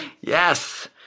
Yes